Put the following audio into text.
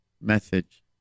message